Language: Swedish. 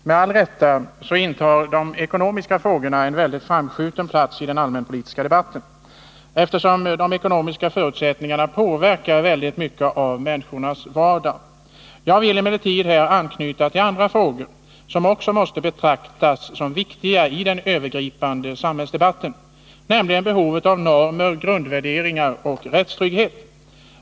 Fru talman! Med all rätt intar de ekonomiska frågorna en mycket framskjuten plats i den allmänpolitiska debatten, eftersom de ekonomiska förutsättningarna påverkar mycket av människornas vardag. Jag vill emellertid här anknyta till andra frågor, som också måste betraktas som viktiga i den övergripande samhällsdebatten, nämligen behovet av normer, grundvärderingar och rättstrygghet.